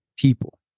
people